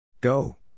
Go